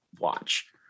watch